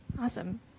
Awesome